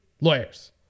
lawyers